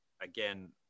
again